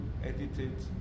edited